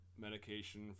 medication